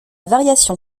variation